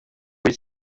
uw’i